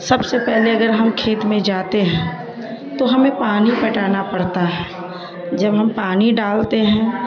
سب سے پہلے اگر ہم کھیت میں جاتے ہیں تو ہمیں پانی پٹانا پڑتا ہے جب ہم پانی ڈالتے ہیں